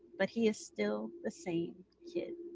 but he is still the same kid.